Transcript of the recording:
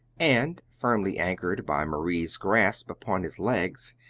and, firmly anchored by marie's grasp upon his legs,